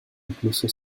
incluso